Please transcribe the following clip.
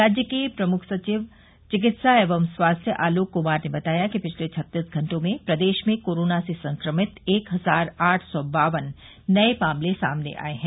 राज्य के प्रमुख सचिव चिकित्सा एवं स्वास्थ आलोक कुमार ने बताया कि पिछले छत्तीस घंटों में प्रदेश में कोरोना से संक्रमित एक हजार आठ सौ बावन नये मामले सामने आये हैं